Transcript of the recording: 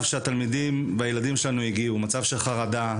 שאליו התלמידים והילדים שלנו הגיעו: מצב של חרדה,